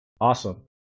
Awesome